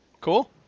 cool